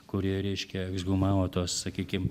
kuri reiškia ekshumavo tuos sakykim